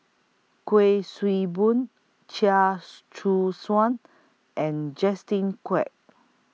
Kuik Swee Boon Chia Choo Suan and Justin Quek